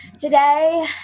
today